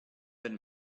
been